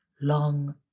long